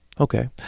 Okay